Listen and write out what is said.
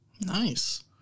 Nice